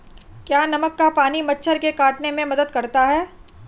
क्या नमक का पानी मच्छर के काटने में मदद करता है?